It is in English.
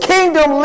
Kingdom